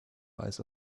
eyes